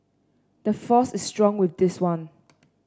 the force is strong with this one